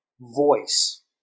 voice